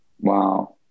Wow